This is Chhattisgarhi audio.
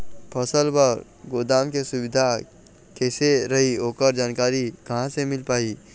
फसल बर गोदाम के सुविधा कैसे रही ओकर जानकारी कहा से मिल पाही?